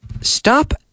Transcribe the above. Stop